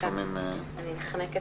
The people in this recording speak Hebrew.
אני אתחיל